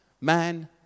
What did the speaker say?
Man